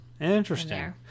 Interesting